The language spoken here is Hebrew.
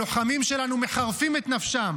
הצעתי דברים אחרים --- הלוחמים שלנו מחרפים את נפשם.